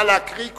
נא להקריא קודם,